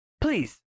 Please